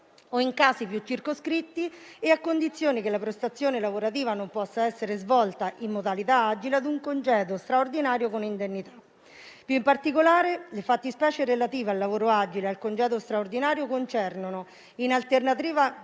o, in casi più circoscritti e a condizioni che la prestazione lavorativa non possa essere svolta in modalità agile, ad un congedo straordinario con indennità. In particolare, le fattispecie relative al lavoro agile e al congedo straordinario concernono - in alternativa